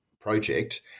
project